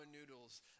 noodles